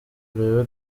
ureba